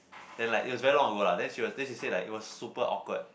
then like it was very long ago lah then she was then she say like it was super awkward